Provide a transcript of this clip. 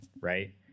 Right